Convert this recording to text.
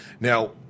Now